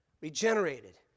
regenerated